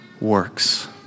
works